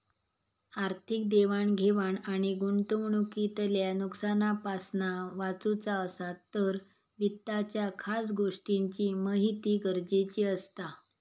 आर्थिक देवाण घेवाण आणि गुंतवणूकीतल्या नुकसानापासना वाचुचा असात तर वित्ताच्या खास गोष्टींची महिती गरजेची असता